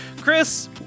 Chris